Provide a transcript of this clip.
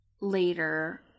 later